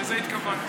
לזה התכוונתי.